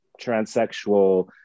transsexual